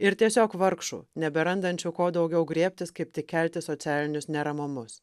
ir tiesiog vargšų neberandančių ko daugiau griebtis kaip tik kelti socialinius neramumus